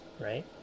right